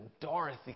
Dorothy